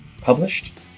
published